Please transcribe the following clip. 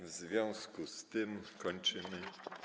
W związku z tym kończymy.